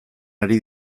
ari